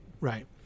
right